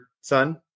son